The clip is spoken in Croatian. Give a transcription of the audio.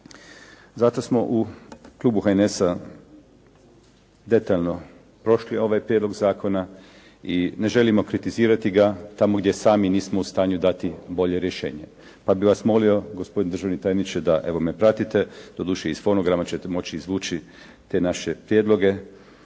Zato smo u klubu HNS-a detaljno prošli ovaj prijedlog zakona i ne želimo kritizirati ga tamo gdje sami nismo u stanju dati bolje rješenje pa bih vas molio gospodine državni tajniče da evo me pratite, doduše iz fonograma ćete moći izvući te naše prijedloge,